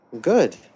Good